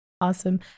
Awesome